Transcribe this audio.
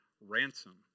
ransom